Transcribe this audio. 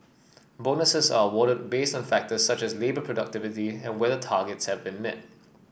bonuses are awarded based on factor such as labour productivity and whether targets have been met